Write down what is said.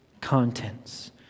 contents